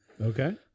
Okay